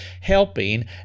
Helping